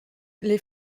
les